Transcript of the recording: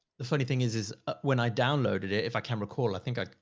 the funny thing is, is when i downloaded it, if i can recall, i think i,